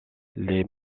les